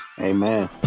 Amen